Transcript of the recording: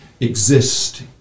exist